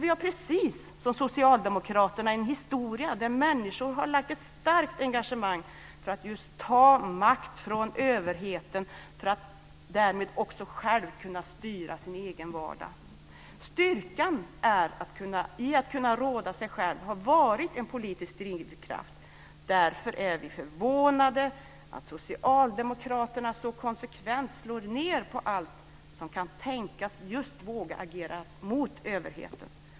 Vi har, precis som socialdemokraterna, en historia där människor har haft ett starkt engagemang för att ta makt från överheten för att därmed också själva kunna styra sin egen vardag. Styrkan i att kunna råda sig själv har varit en politisk drivkraft. Därför är vi förvånade att socialdemokraterna så konsekvent slår ned på alla som kan tänkas våga agera mot överheten.